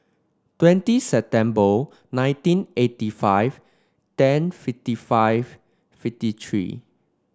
twenty September nineteen eighty five ten fifty five fifty three